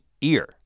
ear